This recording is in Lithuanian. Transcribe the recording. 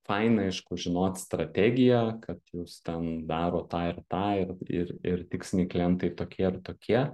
faina aišku žinot strategiją kad jūs ten darot tą ir tą ir ir ir tiksliniai klientai tokie ir tokie